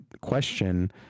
question